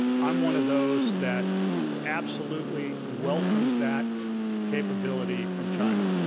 i'm one of those that absolutely welcomes that capability from china.